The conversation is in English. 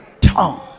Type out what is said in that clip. tongue